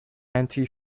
anti